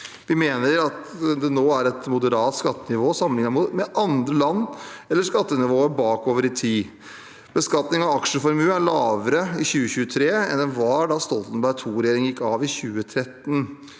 Vi mener at det nå er et moderat skattenivå sammenliknet med andre land eller skattenivået bakover i tid. Beskatning av aksjeformue er lavere i 2023 enn den var da Stoltenberg II-regjeringen gikk av i 2013.